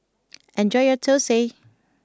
enjoy your Thosai